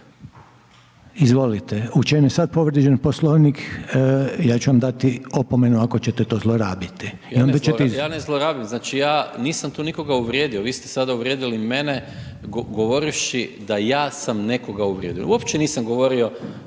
Izvolite, u čem je sad povrijeđen Poslovnik? Ja ću vam dati opomenu ako ćete to zlorabiti. **Maras, Gordan (SDP)** Ja ne zlorabim, znači, ja nisam tu nikoga uvrijedio, vi ste sada uvrijedili mene govorivši da ja sam nekoga uvrijedio. Uopće nisam govorio,